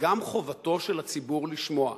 וגם חובתו של הציבור לשמוע,